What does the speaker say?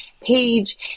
page